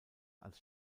als